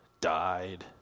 died